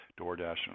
DoorDash